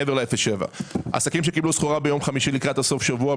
עסקים שקיבלו סחורה ביום חמישי לקראת סוף השבוע,